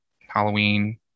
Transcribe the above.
Halloween